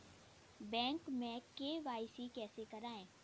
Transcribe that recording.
Bank में KYC कैसे करायें?